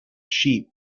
sheep